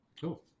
Cool